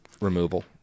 removal